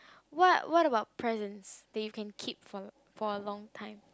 what what about presents that you can keep for a for a long time